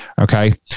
Okay